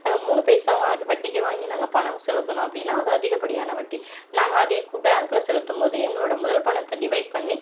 நாங்கள் மூணு பைசா வட்டிக்கு வாங்கி நாங்கள் பணம் செலுத்தணும் அப்படின்னா அது அதிகப்படியான வட்டி நாங்கள் அதே பேங்க்கில் செலுத்தும்போது எங்களோடய முதல் பணத்தை டிவைட் பண்ணி